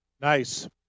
Nice